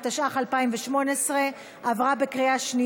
התשע"ח 2018,